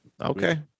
Okay